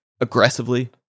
aggressively